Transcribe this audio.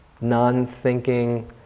non-thinking